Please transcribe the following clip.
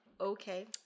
okay